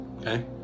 okay